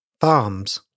Farms